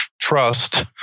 trust